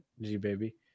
G-Baby